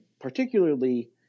particularly